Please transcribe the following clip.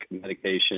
medication